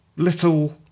little